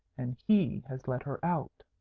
and he has let her out.